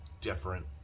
different